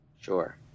Sure